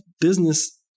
business